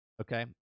Okay